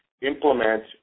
implement